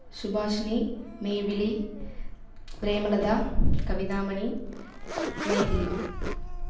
Subhashini Mevizhi Premalatha Kavithamani Maithili